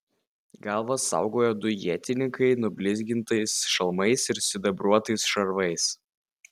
galvas saugojo du ietininkai nublizgintais šalmais ir sidabruotais šarvais